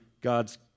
God's